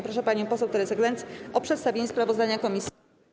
Proszę panią poseł Teresę Glenc o przedstawienie sprawozdania komisji.